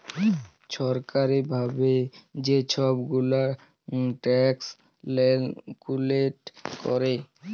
ছরকারি ভাবে যে ছব গুলা ট্যাক্স ক্যালকুলেট ক্যরে